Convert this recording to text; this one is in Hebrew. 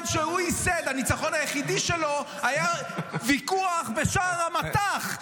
הניצחון היחידי שלו היה ויכוח בשער המט"ח,